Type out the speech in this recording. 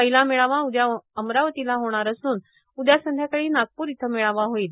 पहिला मेळावा उद्या अमरावतीला होणार असून उद्या संध्याकाळी नागप्र इथं मेळावा होईल